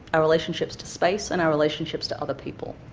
our relationships to space and our relationships to other people.